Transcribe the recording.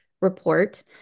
report